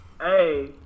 hey